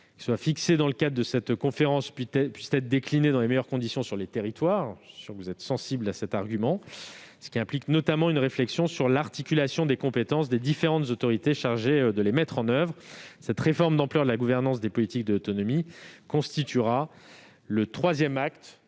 en effet, que les orientations fixées puissent être déclinées dans les meilleures conditions sur les territoires- je suis sûr que vous êtes sensible à cet argument -, ce qui implique notamment une réflexion sur l'articulation des compétences des différentes autorités chargées de les mettre en oeuvre. Cette réforme d'ampleur de la gouvernance des politiques d'autonomie constituera le troisième acte